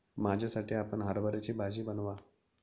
माझ्यासाठी आपण हरभऱ्याची भाजी बनवा